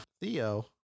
Theo